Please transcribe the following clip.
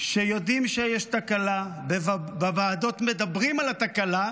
שיודעים שיש תקלה, בוועדות מדברים על התקלה,